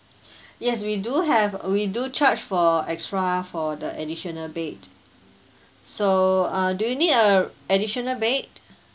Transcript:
yes we do have we do charge for extra for the additional bed so uh do you need a additional bed